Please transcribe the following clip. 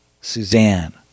Suzanne